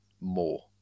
more